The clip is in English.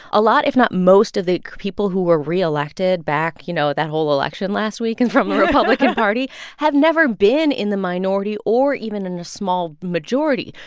a lot, if not most, of the people who were re-elected back you know, that whole election last week? and from the republican party have never been in the minority or even in a small majority.